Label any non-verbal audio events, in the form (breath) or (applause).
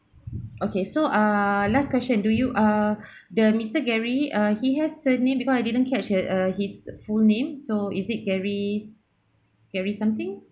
okay so ah last question do you err (breath) the mister gary uh he has surname because I didn't catch uh uh his full name so is it gary gary something